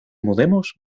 mudemos